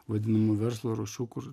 vadinamu verslo rūšių kur